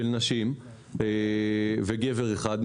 פרויקט של נשים וגבר אחד,